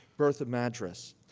bertha madras.